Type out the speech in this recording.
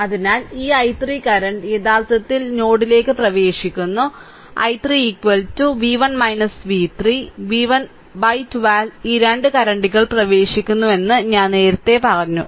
അതിനാൽ ഈ i3 current യഥാർത്ഥത്തിൽ നോഡിലേക്ക് പ്രവേശിക്കുന്നു i3 v1 v3 v1 v3 by 12 ഈ 2 കറന്റുകൾ പ്രവേശിക്കുന്നുവെന്ന് ഞാൻ നേരത്തെ പറഞ്ഞു